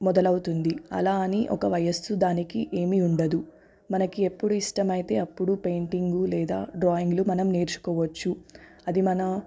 మొదలవుతుంది అలా అని ఒక వయస్సు దానికి ఏమీ ఉండదు మనకి ఎప్పుడు ఇష్టమైతే అప్పుడు పెయింటింగు లేదా డ్రాయింగ్లు మనం నేర్చుకోవచ్చు అది మన